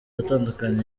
atandukanye